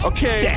Okay